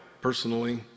personally